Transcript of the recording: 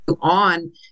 on